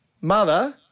mother